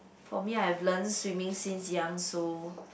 for me I've learn swimming since young so